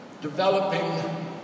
developing